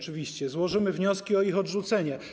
Złożymy wnioski o ich odrzucenie.